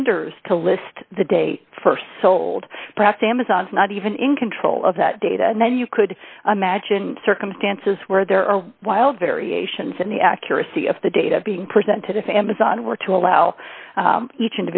vendors to list the date st sold perhaps amazon's not even in control of that data and then you could imagine circumstances where there are wild variations in the accuracy of the data being presented if amazon were to allow each